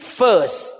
first